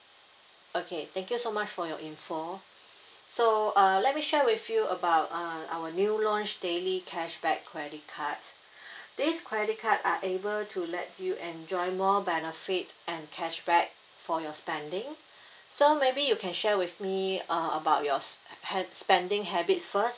okay thank you so much for your info so uh let me share with you about uh our new launch daily cashback credit cards this credit card are able to let you enjoy more benefit and cashback for your spending so maybe you can share with me uh about your s~ ha~ spending habits first